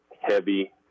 heavy